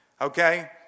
okay